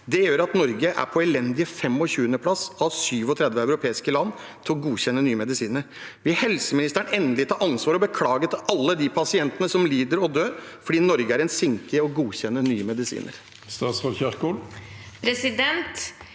Det gjør at Norge er på en elendig 25. plass av 37 europeiske land til å godkjenne nye medisiner. Vil helseministeren endelig ta ansvar og beklage til alle de pasientene som lider og dør fordi Norge er en sinke i å godkjenne nye medisiner?